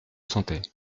santé